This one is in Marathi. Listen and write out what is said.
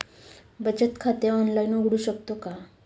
बचत खाते ऑनलाइन उघडू शकतो का?